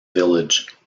village